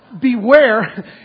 beware